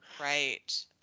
Right